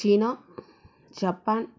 China Japan